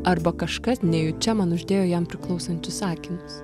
arba kažkas nejučia man uždėjo jam priklausančius akinius